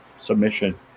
submission